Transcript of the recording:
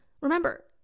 Remember